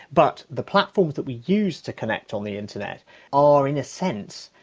but the platforms that we use to connect on the internet are in a sense.